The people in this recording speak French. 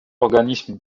organismes